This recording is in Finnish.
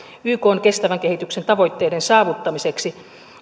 ykn kestävän kehityksen tavoitteiden saavuttamiseksi